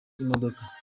imodoka